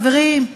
חברים,